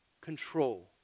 Control